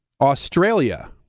Australia